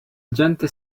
gente